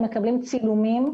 הם מקבלים צילומים.